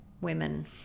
women